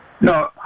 No